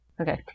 Okay